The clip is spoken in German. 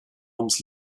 ums